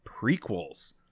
prequels